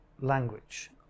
language